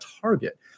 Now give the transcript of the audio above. target